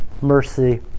mercy